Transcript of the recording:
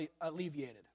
alleviated